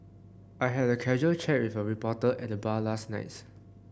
I had a casual chat with a reporter at the bar last nights